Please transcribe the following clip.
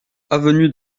avenue